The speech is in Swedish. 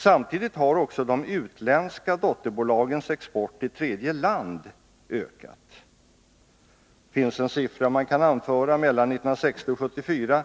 Samtidigt har också de utländska dotterbolagens export till tredje land ökat. Det finns en siffra man kan anföra: Mellan 1960 och 1974